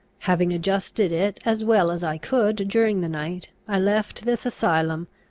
having adjusted it as well as i could during the night, i left this asylum,